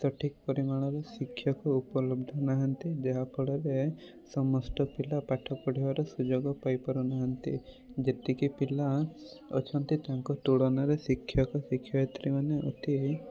ସଠିକ୍ ପରିମାଣରେ ଶିକ୍ଷକ ଉପଲବ୍ଧ ନାହାନ୍ତି ଯାହା ଫଳରେ ସମସ୍ତ ପିଲାପାଠ ପଢ଼ିବାର ସୁଯୋଗ ପାଇପାରୁନାହାନ୍ତି ଯେତିକି ପିଲା ଅଛନ୍ତି ତାଙ୍କ ତୁଳନାରେ ଶିକ୍ଷକ ଶିକ୍ଷୟିତ୍ରୀ ମାନେ ଅତି କମ୍ ଅଛନ୍ତି